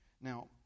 Now